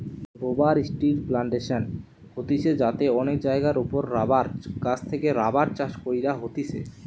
rubber ট্রির plantation হতিছে যাতে অনেক জায়গার ওপরে রাবার গাছ থেকে রাবার চাষ কইরা হতিছে